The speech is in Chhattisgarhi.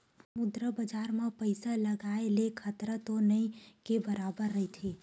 मुद्रा बजार म पइसा लगाय ले खतरा तो नइ के बरोबर रहिथे